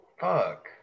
fuck